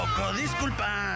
Disculpa